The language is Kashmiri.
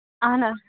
اَہَنا